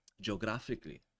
geographically